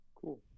Cool